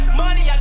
money